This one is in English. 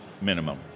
minimum